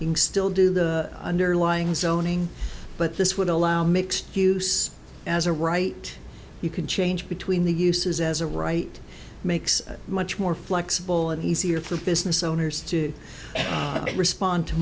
thing still do the underlying zoning but this would allow mixed use as a right you can change between the uses as a right makes much more flexible and easier for business owners to respond to